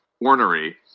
ornery